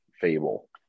Fable